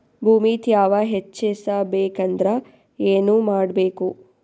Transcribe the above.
ಭೂಮಿ ತ್ಯಾವ ಹೆಚ್ಚೆಸಬೇಕಂದ್ರ ಏನು ಮಾಡ್ಬೇಕು?